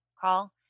call